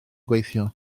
gweithio